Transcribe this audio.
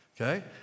okay